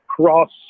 cross